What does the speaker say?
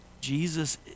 Jesus